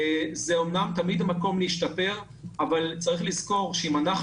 יש אמנם תמיד מקום להשתפר אבל צריך לזכור שאם אנחנו